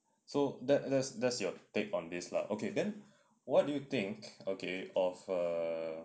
so that's your your take on this lah okay then what do you think okay of uh